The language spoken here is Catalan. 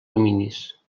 dominis